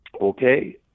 Okay